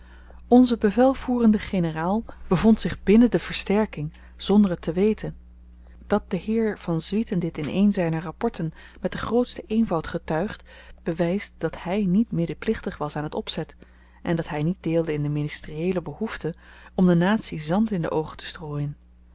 onze bevelvoerende generaal bevond zich binnen de versterking zonder het te weten dat de heer van swieten dit in een zyner rapporten met den grootsten eenvoud getuigt bewyst dat hy niet medeplichtig was aan t opzet en dat hy niet deelde in de ministerieele behoefte om de natie zand in de oogen te strooien